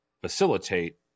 facilitate